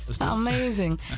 Amazing